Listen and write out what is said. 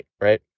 right